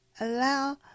Allow